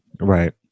Right